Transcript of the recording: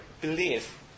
belief